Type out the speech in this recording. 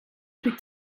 plus